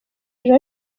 ejo